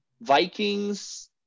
Vikings